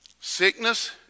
Sickness